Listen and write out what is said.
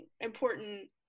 important